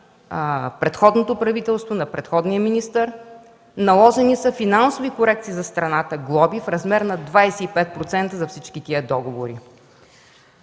предходното правителство, на предходния министър, наложени са финансови корекции на страната – глоби, в размер на 25% за всички тези договори.